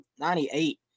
98